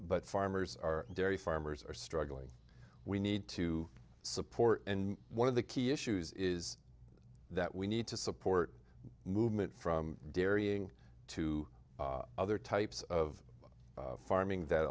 but farmers our dairy farmers are struggling we need to support and one of the key issues is that we need to support movement from dairying to other types of farming that